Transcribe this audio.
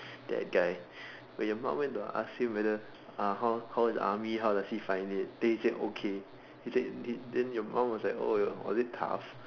that guy when your mom went to ask him whether uh how how is the army how does he find it then he said okay he said then then your mom was like oh was it tough